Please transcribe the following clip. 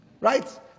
right